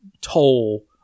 toll